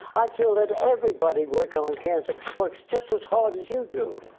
i feel that everybody working on cancer works just as hard as you do.